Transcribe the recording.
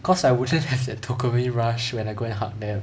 cause I wouldn't have the dopamine rush when I go and hug them